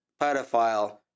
pedophile